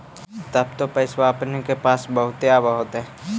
तब तो पैसबा अपने के पास बहुते आब होतय?